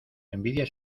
envidia